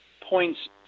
points